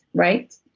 right?